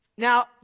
Now